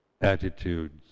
attitudes